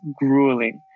grueling